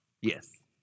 Yes